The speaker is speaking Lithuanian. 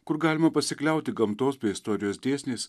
kur galima pasikliauti gamtos bei istorijos dėsniais